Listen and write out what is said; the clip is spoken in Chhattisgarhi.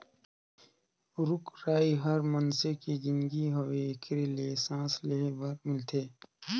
रुख राई हर मइनसे के जीनगी हवे एखरे ले सांस लेहे बर मिलथे